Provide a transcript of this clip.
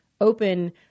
open